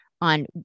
on